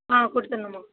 ஆ கொடுத்துணும்மா